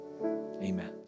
Amen